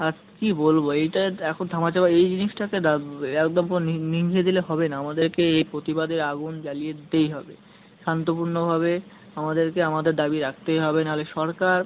আর কী বলবো এইটা এক ধামাচাপা এই জিনিসটাকে দা একদম পুরো নি নিভিয়ে দিলে হবে না আমাদেরকে এই প্রতিবাদের আগুন জ্বালিয়ে দিতেই হবে শান্তপূর্ণভাবে আমাদেরকে আমাদের দাবি রাখতেই হবে নাহলে সরকার